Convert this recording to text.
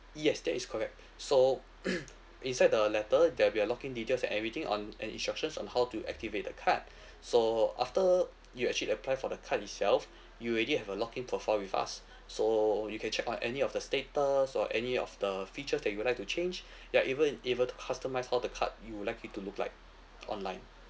yes that is correct so inside the letter there'll be a login details and everything on and instructions on how to activate the card so after you actually applied for the card itself you already have a login profile with us so you can check on any of the status or any of the features that you would like to change you are even able to customise how the card you would like it to look like online